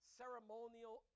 ceremonial